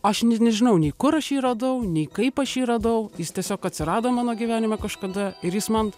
aš net nežinau nei kur aš jį radau nei kaip aš jį radau jis tiesiog atsirado mano gyvenime kažkada ir jis man